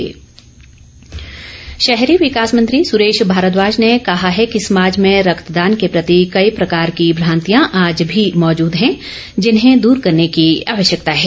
सुरेश भारद्वाज शहरी विकास मंत्री सुरेश भारद्वाज ने कहा है कि समाज में रक्तदान के प्रति कई प्रकार की भ्रांतियां आज मी मौजूद हैं जिन्हें दूर करने की आवश्यकता है